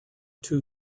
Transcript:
two